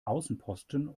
außenposten